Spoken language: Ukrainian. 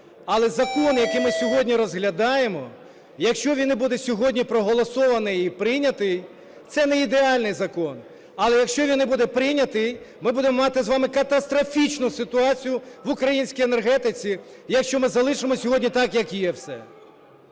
Але закон, який ми сьогодні розглядаємо, якщо він і буде сьогодні проголосований і прийнятий, це не ідеальний закон. Але якщо він не буде прийнятий, ми будемо мати з вами катастрофічну ситуацію в українській енергетиці, якщо ми залишимо сьогодні так, як є все.